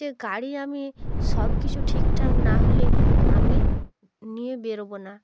যে গাড়ি আমি সব কিছু ঠিকঠাক না হলে আমি নিয়ে বেরবো না